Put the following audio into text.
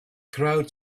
crowd